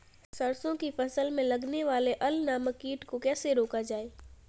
सरसों की फसल में लगने वाले अल नामक कीट को कैसे रोका जाए?